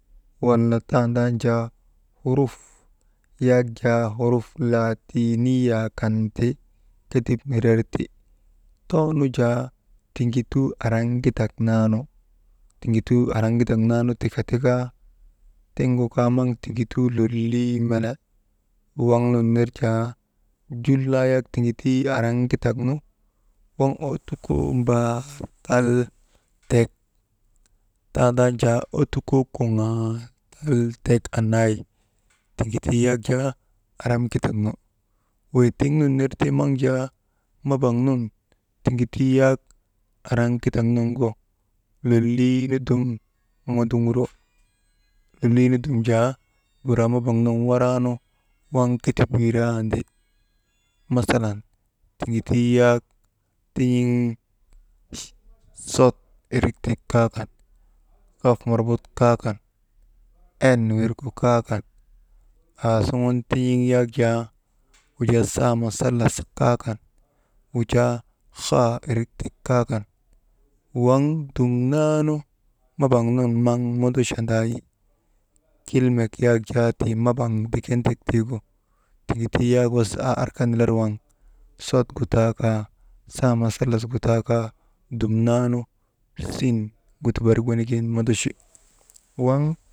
Walla tandan jaa huruf walla huruf laatiiniiyaa kan ti ketip nirer ti, too nu jaa tingituu araŋkitak naa nu, tiŋgutuu araŋkitap naa nu ti ka tikaa, tiŋgu kaa maŋ tiŋituu lolii mene, waŋ nun ner jaa ju naa yak tiŋituu araŋkitak nu, waŋ ottukoo mbaar tal tek, tandan jaa ottukoo kuŋaal tal tek annaa wi, tiŋituu yak jaa araŋkitak mu wey tiŋ nun ner ti maŋ jaa, mabaŋ nun tiŋituu yak araŋkitak nuŋgu, loliii nu dum munduŋuro lolii nu dum jaa waŋ buraa mabaŋ nun waraa nu ketip wirandi, masalan tiŋituu yak tin̰iŋ sot irik tik kaa kan, kaf marbut kaa kan en wirgu kaa kan, aasuŋun tin̰iŋ yak jaa wujaa saa musallas kaa kan, wujaa haa irik tik kaa kan, waŋ dumnanu mabaŋ nun maŋ mondochandaa wi, kilmek yak jaa tii mabaŋ diken tek tiigu, tiŋituu yak wasa aarka nilar waŋ sot gu taa kaa, saa masalas gu taa kaa dumnaanu, sin gu ti barik wenigin mondochi waŋ.